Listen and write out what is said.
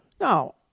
Now